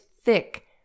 thick